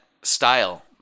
style